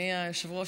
אדוני היושב-ראש,